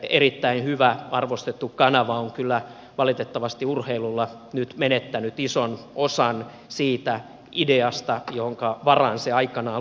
erittäin hyvä arvostettu kanava on kyllä valitettavasti urheilulla nyt menettänyt ison osan siitä ideasta jonka varaan se aikanaan luotiin